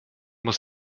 muss